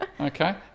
Okay